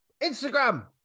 Instagram